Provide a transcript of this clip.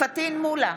פטין מולא,